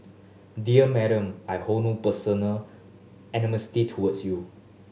dear Madam I hold no personal animosity towards you